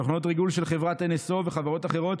תוכנות ריגול של חברת NSO וחברות אחרות,